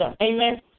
Amen